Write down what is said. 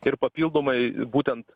ir papildomai būtent